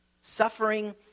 suffering